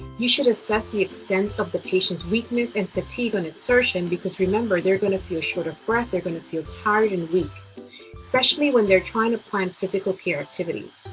you should assess the extent of the patient's weakness and fatigue on exertion, because remember they are going to feel short of breath they're going feel tired and weak especially when they're trying to plan physical care activities.